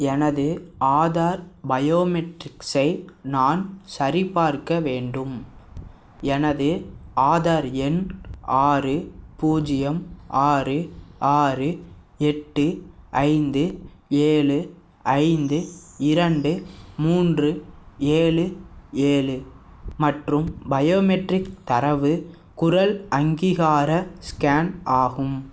எனது ஆதார் பயோமெட்ரிக்ஸை நான் சரிபார்க்க வேண்டும் எனது ஆதார் எண் ஆறு பூஜ்ஜியம் ஆறு ஆறு எட்டு ஐந்து ஏழு ஐந்து இரண்டு மூன்று ஏழு ஏழு மற்றும் பயோமெட்ரிக் தரவு குரல் அங்கீகார ஸ்கேன் ஆகும்